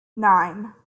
nine